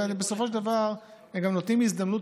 ובסופו של דבר גם נותנים שם הזדמנות